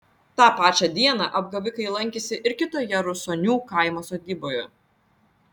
tą pačią dieną apgavikai lankėsi ir kitoje rusonių kaimo sodyboje